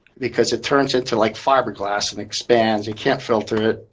because it turns into like fiberglass and expands. you can't filter it.